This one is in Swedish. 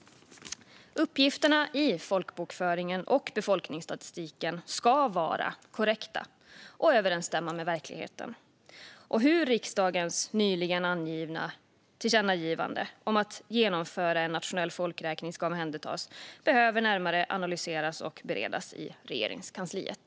Uppgifterna i folkbokföringen och befolkningsstatistiken ska vara korrekta och överensstämma med verkligheten. Hur riksdagens nyligen avgivna tillkännagivande om att genomföra en nationell folkräkning ska omhändertas behöver analyseras närmare och beredas i Regeringskansliet.